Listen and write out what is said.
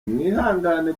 mwihangane